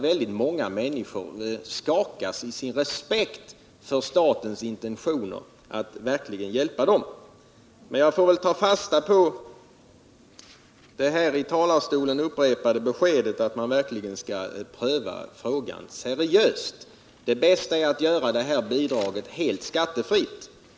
Väldigt många människor skakas i sin respekt för statens intentioner att verkligen hjälpa dem. Jag får väl ta fasta på det i talarstolen upprepade beskedet att man verkligen skall pröva frågan seriöst. Det bästa är att göra detta bidrag helt skattefritt.